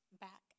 back